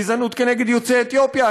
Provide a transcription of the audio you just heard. גזענות כנגד יוצאי אתיופיה,